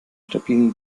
stabilen